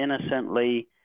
innocently